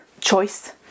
choice